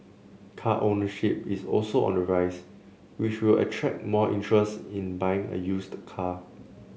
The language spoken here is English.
car ownership is also on the rise which will attract more interest in buying a used car